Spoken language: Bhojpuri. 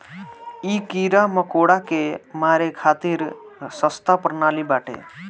इ कीड़ा मकोड़ा के मारे खातिर सस्ता प्रणाली बाटे